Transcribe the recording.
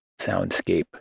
soundscape